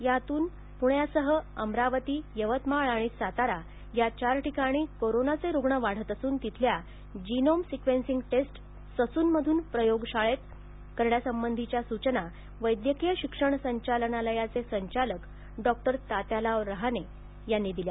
त्यातून पुण्यासह अमरावती यवतमाळ आणि सातारा या चार ठिकाणी कोरोनाचे रुग्ण वाढत असून तिथल्या जिनोम सिक्वेन्सिंग टेस्ट ससूनमधील प्रयोगशाळेत करण्यासंबंधीच्या सूचना वैद्यकीय शिक्षण संचालनालयाचे संचालक डॉक्टर तात्याराव लहाने यांनी दिल्या